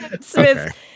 Smith